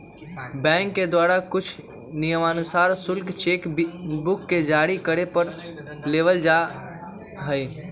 bank के द्वारा कुछ नियमानुसार शुल्क चेक बुक के जारी करे पर लेबल जा हई